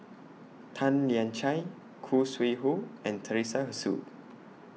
Tan Lian Chye Khoo Sui Hoe and Teresa Hsu